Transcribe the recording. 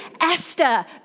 Esther